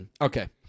Okay